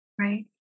Right